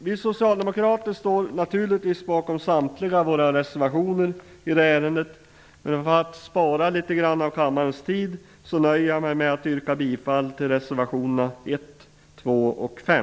Vi socialdemokrater står naturligtvis bakom samtliga våra reservationer i det här ärendet, men för att spara litet grand av kammarens tid nöjer jag mig med att yrka bifall till reservationerna 1, 2 och 5.